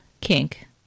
kink